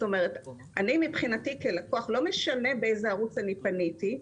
לי מבחינתי כלקוח לא משנה באיזה ערוץ פניתי,